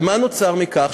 ומה נוצר מכך?